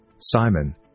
Simon